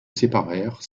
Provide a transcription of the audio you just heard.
séparèrent